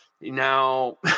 Now